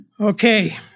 Okay